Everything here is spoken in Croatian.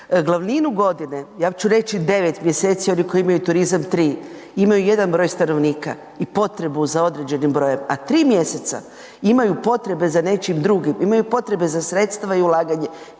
glavninu godine, ja ću reći 9 mjeseci, oni koji imaju turizam 3, imaju jedan broj stanovnika i potrebu za određenim brojem a tri mjeseca imaju potrebe za nečim drugim, imaju potrebe za sredstva i ulaganje.